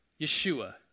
Yeshua